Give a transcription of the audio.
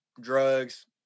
drugs